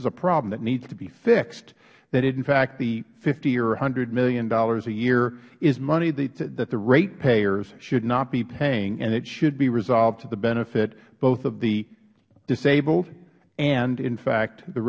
is a problem that needs to be fixed that in fact the fifty or one hundred dollars million a year is money that the ratepayers should not be paying and it should be resolved to the benefit both of the disabled and in fact the